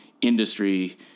industry